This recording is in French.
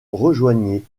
rejoignait